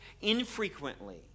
infrequently